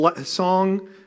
song